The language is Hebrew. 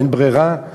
אין ברירה,